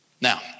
Now